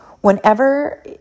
whenever